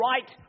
right